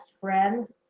friends